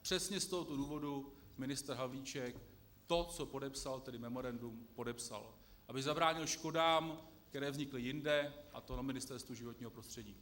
Přesně z tohoto důvodu ministr Havlíček to, co podepsal, tedy memorandum, podepsal, aby zabránil škodám, které vznikly jinde, a to na Ministerstvu životního prostředí.